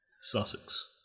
Sussex